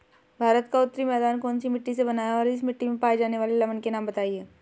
भारत का उत्तरी मैदान कौनसी मिट्टी से बना है और इस मिट्टी में पाए जाने वाले लवण के नाम बताइए?